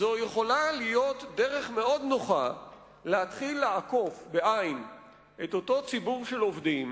זו יכולה להיות דרך נוחה מאוד להתחיל לעקוף את אותו ציבור של עובדים